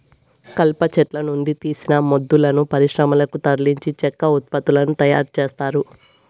కలప చెట్ల నుండి తీసిన మొద్దులను పరిశ్రమలకు తరలించి చెక్క ఉత్పత్తులను తయారు చేత్తారు